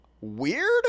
Weird